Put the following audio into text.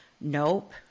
Nope